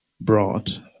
brought